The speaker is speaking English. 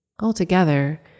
Altogether